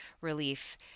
relief